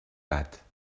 gat